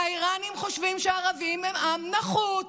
האיראנים חושבים שהערבים הם עם נחות,